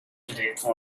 butterfly